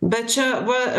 bet čia va